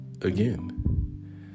again